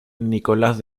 nicolás